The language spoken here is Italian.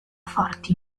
forti